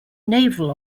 naval